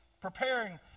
preparing